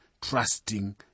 trusting